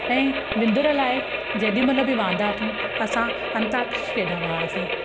ऐं विंदुर लाइ जेॾी महिल बि वांधा थियूं असां अंताक्षरी खेॾंदा हुआसीं